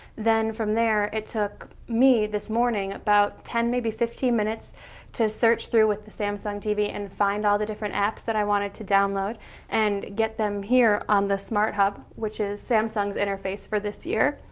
then from there it took me, this morning, about ten, maybe fifteen minutes to search through with the samsung tv and find all the different apps that i wanted to download and get them here on the smart hub, which is samsung's interface for this year,